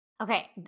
Okay